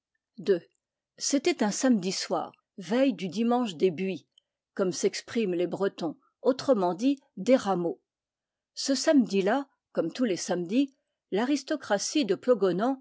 c'était un samedi soir veille du dimanche des buis comme s'expriment les bretons autrement dit des rameaux ce samedi là comme tous les samedis l'aristocratie de plogonan